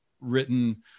written